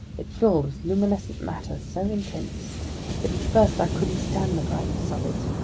it filled with luminescent matter so intense that at first i couldn't stand the brightness of it.